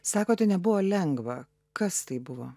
sakot tai nebuvo lengva kas tai buvo